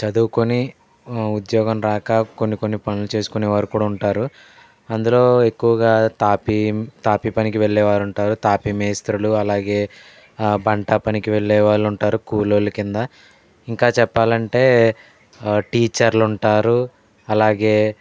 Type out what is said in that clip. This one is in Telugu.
చదువుకొని ఉద్యోగం రాక కొన్ని కొన్ని పనులు చేసుకునే వారు కూడా ఉంటారు అందులో ఎక్కువగా తాపీ తాపీ పనికి వెళ్ళే వారు ఉంటారు తాపీ మేస్త్రీలు అలాగే బంటా పనికి వెళ్ళే వాళ్ళు ఉంటారు కూలోళ్ళ కింద ఇంకా చెప్పాలంటే టీచర్లు ఉంటారు అలాగే